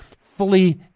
fully